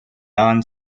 non